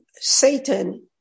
Satan